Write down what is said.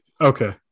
Okay